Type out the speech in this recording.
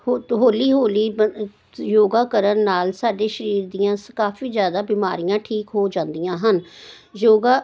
ਹੋ ਹੌਲੀ ਹੌਲੀ ਯੋਗਾ ਕਰਨ ਨਾਲ ਸਾਡੀ ਸਰੀਰ ਦੀਆਂ ਸ ਕਾਫੀ ਜ਼ਿਆਦਾ ਬਿਮਾਰੀਆਂ ਠੀਕ ਹੋ ਜਾਂਦੀਆਂ ਹਨ ਯੋਗਾ